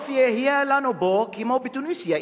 בסוף יהיה לנו פה כמו בתוניסיה,